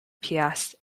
piast